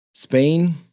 Spain